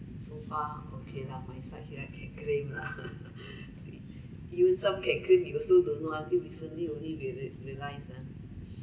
so far okay lah my side here I can claim lah you some can claim we also don't know until recently only we re~ realise ah